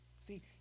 See